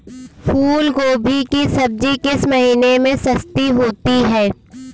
फूल गोभी की सब्जी किस महीने में सस्ती होती है?